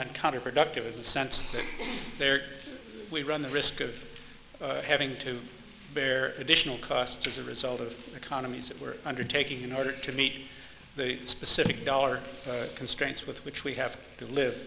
run counterproductive in the sense that there we run the risk of having to bear additional costs as a result of economies that we're undertaking in order to meet the specific dollar constraints with which we have to live